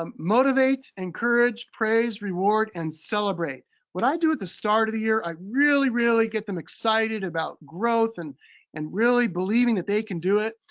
um motivate, encourage, praise, reward and celebrate. what i do at the start of the year, i really, really get them excited about growth and and really believing that they can do it.